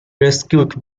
rescued